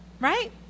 right